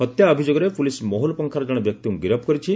ହତ୍ୟା ଅଭିଯୋଗରେ ପୁଲିସ୍ ମହୁଲପଙ୍ଖାର ଜଣେ ବ୍ୟକ୍ତିଙ୍କୁ ଗିରଫ୍ କରିଛି